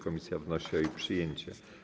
Komisja wnosi o jej przyjęcie.